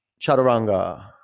Chaturanga